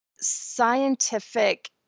scientific